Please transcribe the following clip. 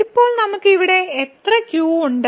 ഇപ്പോൾ നമുക്ക് ഇവിടെ എത്ര q ഉണ്ട്